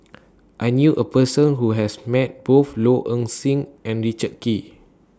I knew A Person Who has Met Both Low Ing Sing and Richard Kee